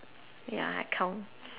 wait ah I count